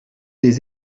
des